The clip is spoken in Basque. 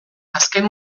azken